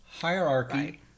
hierarchy